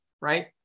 right